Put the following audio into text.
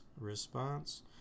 response